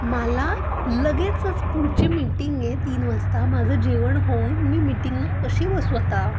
मला लगेचच पुढची मीटिंग आहे तीन वाजता माझं जेवण होऊन मी मीटिंगला कशी बसू आता